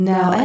Now